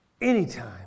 anytime